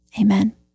amen